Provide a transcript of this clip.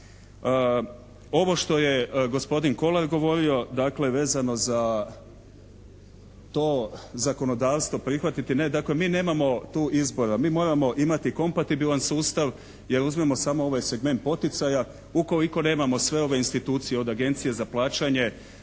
Ovo što je gospodin Kolar govorio dakle vezano za to zakonodavstvo prihvatiti. Dakle, mi nemamo tu izbora, mi moramo imati kompatibilan sustav jer uzmimo samo ovaj segment poticaja ukoliko nemamo sve ove institucije od Agencije za plaćanje